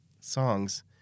songs